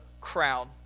crowd